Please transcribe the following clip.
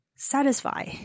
satisfy